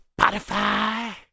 Spotify